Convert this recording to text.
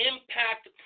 Impact